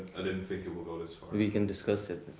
i didn't think it would go this far. we can discuss it.